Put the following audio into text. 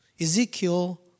Ezekiel